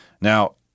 Now –